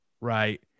right